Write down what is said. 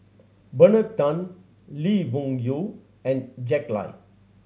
Bernard Tan Lee Wung Yew and Jack Lai